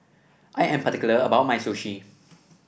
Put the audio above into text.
I am particular about my Sushi